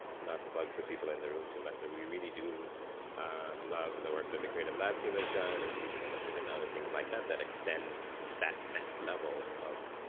not the but the people in the room too much, but we really do love the work that the creative lab team has done with teachable machine and other things like that that extends that next level of